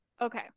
Okay